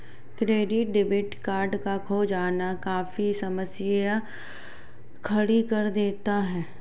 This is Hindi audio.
क्रेडिट डेबिट कार्ड का खो जाना काफी समस्या खड़ी कर देता है